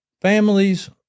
Families